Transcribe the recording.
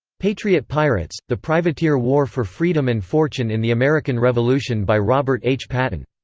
patriot pirates the privateer war for freedom and fortune in the american revolution by robert h. patton.